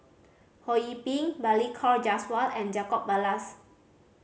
Ho Yee Ping Balli Kaur Jaswal and Jacob Ballas